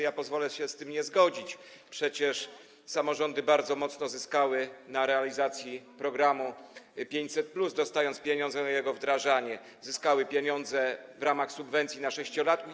Ja pozwolę się z tym nie zgodzić, przecież samorządy bardzo mocno zyskały na realizacji programu 500+, gdyż dostały pieniądze na jego wdrażanie, zyskały pieniądze w ramach subwencji na sześciolatki.